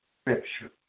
Scripture